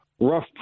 rough